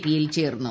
P യിൽ ചേർന്നു